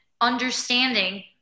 understanding